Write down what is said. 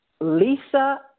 Lisa